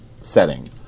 setting